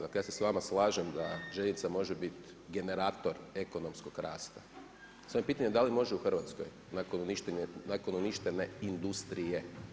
Dakle, ja se sa vama slažem da željeznica može biti generator ekonomskog rasta samo je pitanje da li može u Hrvatskoj nakon uništene industrije.